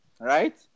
right